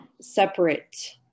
separate